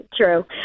True